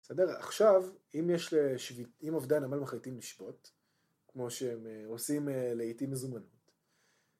עכשיו אם יש... אם עובדי הנמל מחליטים לשבות, כמו שהם עושים לעתים מזומנות